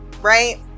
right